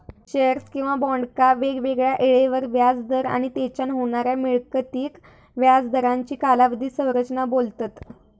shares किंवा बॉन्डका वेगवेगळ्या येळेवर व्याज दर आणि तेच्यान होणाऱ्या मिळकतीक व्याज दरांची कालावधी संरचना बोलतत